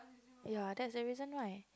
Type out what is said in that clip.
ya that's the reason why